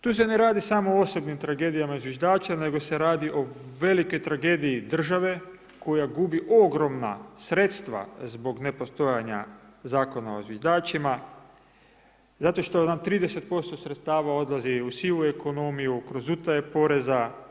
Tu se ne radi samo o osobnim tragedijama zviždača nego se radi o velikoj tragediji države koja gubi ogromna sredstva zbog nepostojanja zakona o zviždačima zato što nam 30% sredstava odlazi u sivu ekonomiju, kroz utaje poreza.